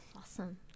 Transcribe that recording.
Awesome